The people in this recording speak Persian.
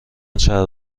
چرب